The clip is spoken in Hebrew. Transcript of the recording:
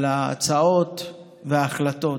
על ההצעות וההחלטות.